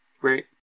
great